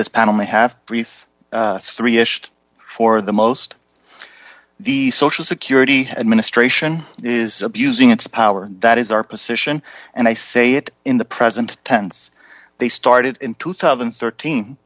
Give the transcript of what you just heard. wreath three ish for the most the social security administration is abusing its power that is our position and i say that in the present tense they started in two thousand and thirteen